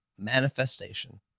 manifestation